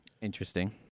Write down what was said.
Interesting